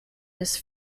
this